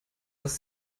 dass